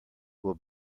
will